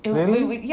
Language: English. really